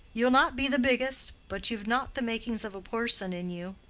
you'll not be the biggest but you've not the makings of a porson in you,